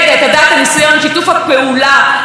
היא מספרת לנו על אימא שלה.